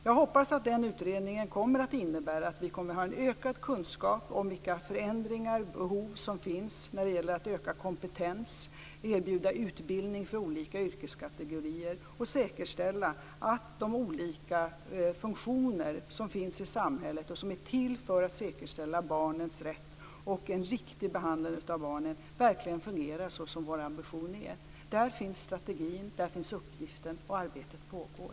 Jag hoppas att den utredningen kommer att ge oss en ökad kunskap om vilka förändringar som krävs och de behov som finns av ökad kompetens, av att erbjuda utbildning för olika yrkeskategorier och säkerställa att de olika funktioner som finns i samhället och som är till för att säkerställa barnens rätt och en riktig behandling av barnen verkligen fungerar så som vår ambition är. Där finns strategin, där finns uppgiften och arbete pågår.